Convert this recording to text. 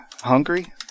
hungry